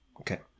okay